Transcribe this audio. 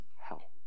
hell